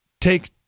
Take